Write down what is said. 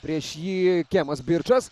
prieš jį kemas birčas